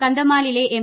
കന്തമാലിലെ M